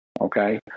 Okay